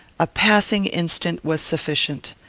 a passing instant was sufficient.